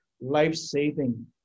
life-saving